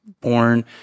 born